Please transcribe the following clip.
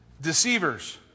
deceivers